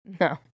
No